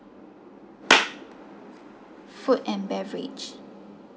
food and beverage